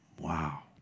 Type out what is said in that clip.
Wow